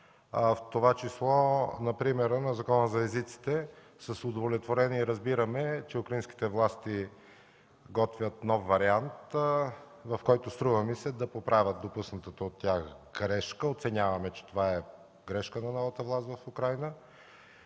В това число например е Законът за езиците – с удовлетворение разбираме, че украинските власти готвят нов вариант, в който, струва ми се, да поправят допуснатата от тях грешка. Оценяваме, че това е грешка на новата власт в Украйна.